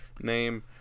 name